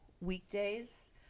Weekdays